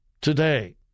today